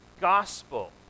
gospel